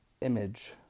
image